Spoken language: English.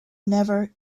never